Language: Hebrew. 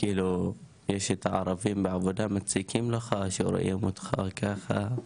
כאילו יש את הערבים בעבודה מציקים לך שרואים אותך ככה,